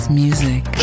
music